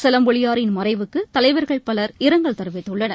சிலம்பொலியாரின் மறைவுக்கு தலைவர்கள் பலர் இரங்கல் தெரிவித்துள்ளனர்